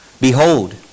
Behold